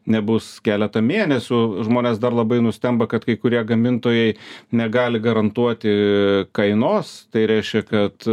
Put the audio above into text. nebus keleta mėnesių žmonės dar labai nustemba kad kai kurie gamintojai negali garantuoti kainos tai reiškia kad